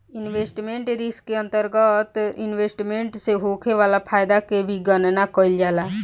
investment risk के अंतरगत investment से होखे वाला फायदा के भी गनना कईल जाला